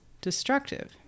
destructive